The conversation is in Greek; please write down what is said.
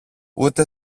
ούτε